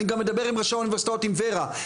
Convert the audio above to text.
אני גם מדבר עם ראשי האוניברסיטאות עם ורה,